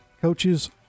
coaches